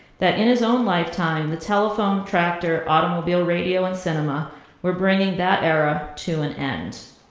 that in his own lifetime, the telephone, tractor, automobile, radio, and cinema were bring that era to an end.